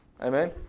Amen